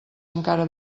encara